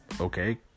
okay